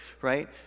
right